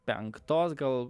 penktos gal